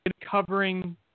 covering